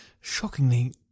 shockingly